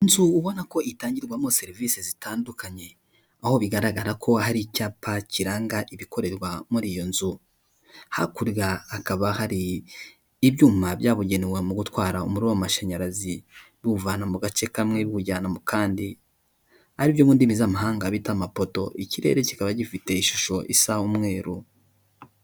Inzu ubona ko itangirwamo serivisi zitandukanye, aho bigaragara ko hari icyapa kiranga ibikorerwa muri iyo nzu, hakurya hakaba hari ibyuma byabugenewe mu gutwara umuriro w'amashanyarazi buwuvana mu gace kamwe biwujyana mu kandi aribyo mu ndimi z'amahanga bita mapoto, ikirere kikaba gifite ishusho isa umweru.